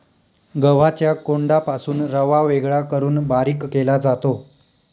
गव्हाच्या कोंडापासून रवा वेगळा करून बारीक केला जातो